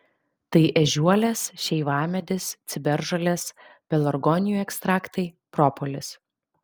tai ežiuolės šeivamedis ciberžolės pelargonijų ekstraktai propolis